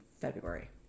February